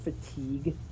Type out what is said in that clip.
fatigue